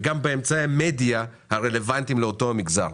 וגם באמצעי המדיה הרלוונטיים לאותו המגזר.